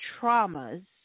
traumas